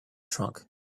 trunk